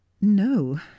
no